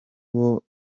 uwo